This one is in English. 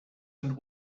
and